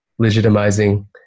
legitimizing